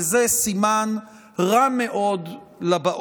וזה סימן רע מאוד לבאות.